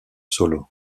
solo